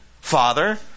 father